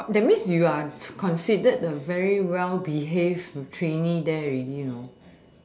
but that means you are considered the very well behave trainee there already you know